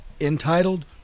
entitled